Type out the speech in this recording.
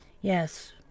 yes